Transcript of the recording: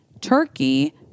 turkey